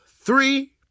three